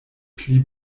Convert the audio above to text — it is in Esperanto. pli